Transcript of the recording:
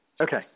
Okay